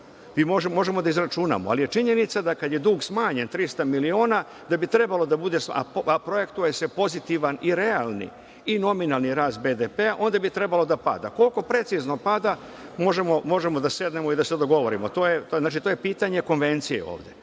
možemo da izračunamo. Ali činjenica je da kada je dug smanjen 300 miliona, a projektuje se pozitivan i realni i nominalni rast BDP-a, onda bi trebalo pada. Koliko precizno pada, možemo da sednemo i da se dogovorimo. To je pitanje konvencije ovde.